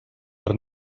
per